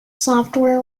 software